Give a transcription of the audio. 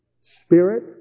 spirit